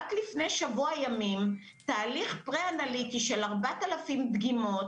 רק לפני שבוע ימים תהליך פרה אנליטי של 4,000 דגימות